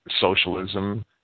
socialism